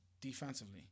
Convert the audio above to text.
defensively